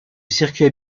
circuit